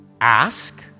Ask